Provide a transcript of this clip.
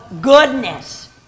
goodness